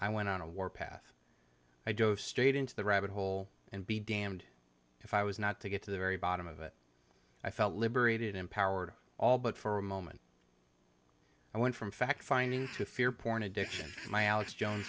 i went on a warpath i dove straight into the rabbit hole and be damned if i was not to get to the very bottom of it i felt liberated empowered all but for a moment i went from fact finding to fear porn addiction my alex jo